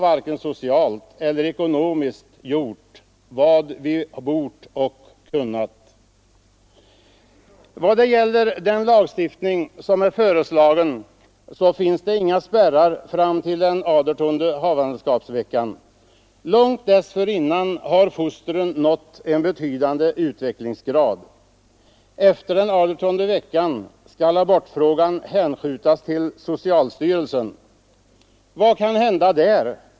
Varken socialt eller ekonomiskt har vi gjort vad vi bort och kunnat. Vad beträffar den lagstiftning som är föreslagen finns det inga spärrar fram till den adertonde havandeskapsveckan. Redan långt dessförinnan har fostret emellertid nått en betydande utvecklingsgrad. Efter den adertonde veckan skall abortfrågan hänskjutas till socialstyrelsen. Vad kan hända där?